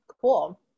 cool